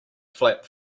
flap